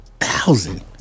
thousand